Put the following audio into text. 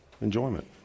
Enjoyment